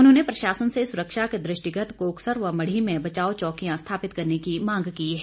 उन्होंने प्रशासन से सुरक्षा के दृष्टिगत कोकसर व मढ़ी में बचाव चौकियां स्थापित करने की मांग की है